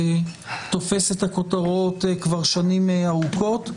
תופס את הכותרות כבר שנים ארוכות,